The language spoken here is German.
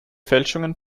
fälschungen